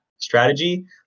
strategy